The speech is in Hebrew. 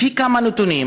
לפי כמה נתונים,